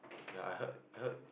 ya I heard I heard